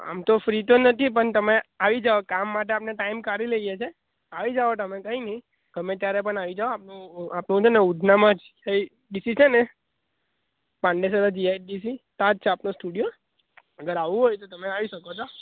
આમ તો ફ્રી તો નથી પણ તમે આવી જાઓ કામ માટે આપણે ટાઈમ કાઢી લઈએ છીએ આવી જાઓ તમે કંઈ નહિ ગમે ત્યારે પણ આવી જાવ આપણું ઉધનામાં કંઈ ડીસી છે ને પાંદેસરા જીઆઈડીસી ત્યાં જ છે આપણો સ્ટુડિયો આવવું હોય તો તમે આવી શકો છો